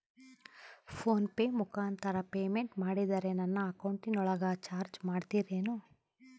Phone pay ಮುಖಾಂತರ payment ಮಾಡಿದರೆ ನನ್ನ ಅಕೌಂಟಿನೊಳಗ ಚಾರ್ಜ್ ಮಾಡ್ತಿರೇನು?